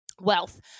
Wealth